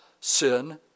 Sin